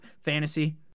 Fantasy